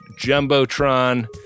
Jumbotron